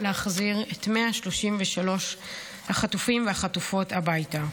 להחזיר את 133 החטופים והחטופות הביתה.